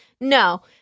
No